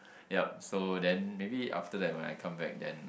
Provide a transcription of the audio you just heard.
yup so then maybe after that when I come back then